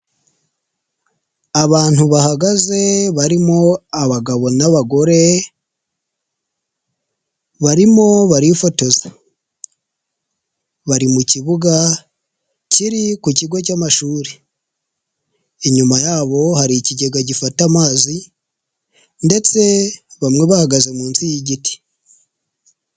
Abantu bahagaze barimo abagabo n'abagore, barimo barifotoza, bari mu kibuga kiri ku kigo cy'amashuri, inyuma yabo hari ikigega gifata amazi ndetse bamwe bahagaze munsi y'igiti.